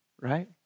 right